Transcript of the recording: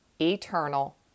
eternal